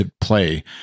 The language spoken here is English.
play